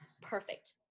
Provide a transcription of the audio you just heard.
perfect